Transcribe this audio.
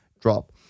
drop